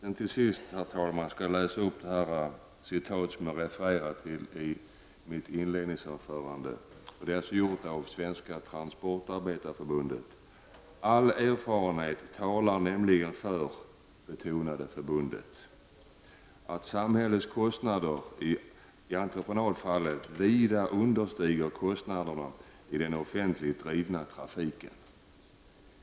Allra sist, herr talman, skall jag läsa upp det citat från Svenska transportarbetareförbundet som jag refererade till i mitt huvudanförande: ''All erfarenhet talar nämligen för ''-- betonade förbundet -- att samhällets kostnader i entreprenadfallet vida understiger kostnaderna i den offentligt drivna trafiken.''